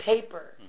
paper